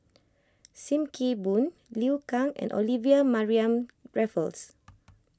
Sim Kee Boon Liu Kang and Olivia Mariamne Raffles